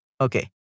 Okay